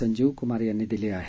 संजीव कुमार यांनी दिली आहे